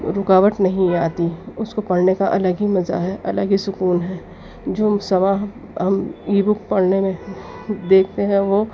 رکاوٹ نہیں آتی اس کو پڑھنے کا الگ ہی مزہ ہے الگ ہی سکون ہے جو ہم ای بک پڑھنے میں دیتے ہیں وہ